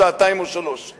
שעתיים או שלוש שעות.